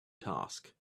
task